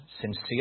sincere